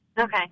Okay